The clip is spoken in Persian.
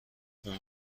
اون